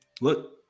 look